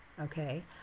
okay